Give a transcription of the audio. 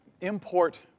import